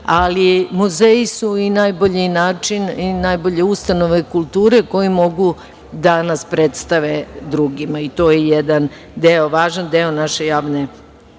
Muzeji su i najbolji način i najbolje ustanove kulture koji mogu da nas predstave drugima i to je jedan važan deo naše javne